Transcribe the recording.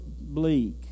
bleak